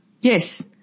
Yes